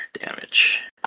damage